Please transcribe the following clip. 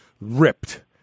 ripped